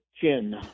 chin